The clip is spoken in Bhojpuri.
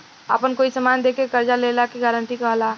आपन कोई समान दे के कर्जा लेला के गारंटी कहला